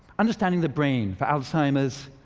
understanding the brain for alzheimer's,